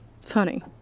Funny